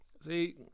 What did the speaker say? See